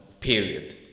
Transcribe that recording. period